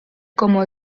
como